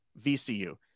VCU